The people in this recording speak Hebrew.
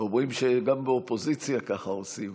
אומרים שגם באופוזיציה ככה עושים,